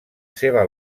seva